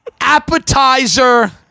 Appetizer